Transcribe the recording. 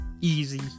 easy